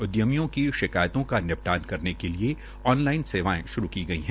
उद्यमियों की शिकायतों का निपटान करने के लिए ऑनलाइन सेवाएं श्रू की गई हैं